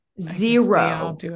zero